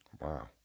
Wow